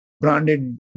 branded